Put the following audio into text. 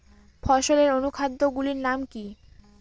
ফসলের অনুখাদ্য গুলির নাম কি?